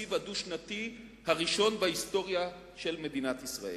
התקציב הדו-שנתי הראשון בהיסטוריה של מדינת ישראל,